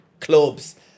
clubs